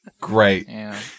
Great